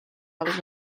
als